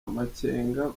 amakenga